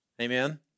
Amen